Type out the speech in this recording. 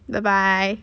bye bye